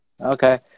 okay